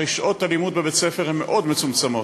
הרי שעות הלימוד בבית-ספר הן מאוד מצומצמות,